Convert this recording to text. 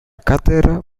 cátedra